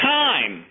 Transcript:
time